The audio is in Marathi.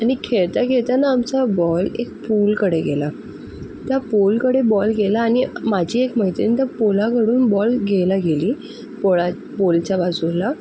आणि खेळता खेळता ना आमचा बॉल एक पूलकडे गेला त्या पोलकडे बॉल गेला आणि माझी एक मैत्रीण तर पोलाकडून बॉल घ्यायला गेली पोळा पोलच्या बाजूला